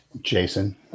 Jason